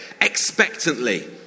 expectantly